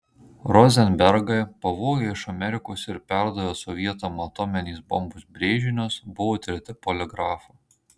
rozenbergai pavogę iš amerikos ir perdavę sovietam atominės bombos brėžinius buvo tirti poligrafu